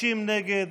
50 נגד.